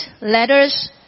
letters